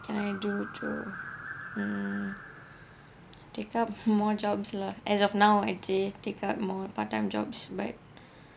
can I do jo~ mm take up more jobs lah as of now I would say take up more part time jobs but